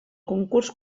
concurs